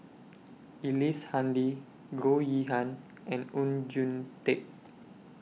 Ellice Handy Goh Yihan and Oon Jin Teik